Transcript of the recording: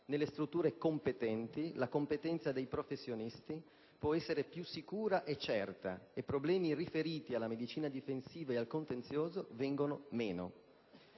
nelle strutture competenti, la competenza dei professionisti può essere più sicura e certa e problemi riferiti alla medicina difensiva e al contenzioso vengono meno.